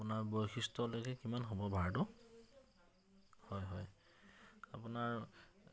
আপোনাৰ বশিষ্টলৈকে কিমান হ'ব ভাৰাটো হয় হয় আপোনাৰ